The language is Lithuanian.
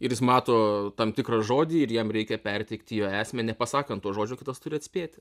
ir jis mato tam tikrą žodį ir jam reikia perteikti jo esmę nepasakant to žodžio o kitas turi atspėti